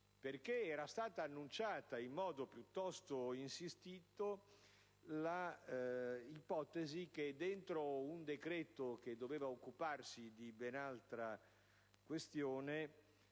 perché era stata annunciata in modo piuttosto insistito l'ipotesi che all'interno di un decreto che doveva occuparsi di ben altra questione